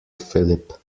philip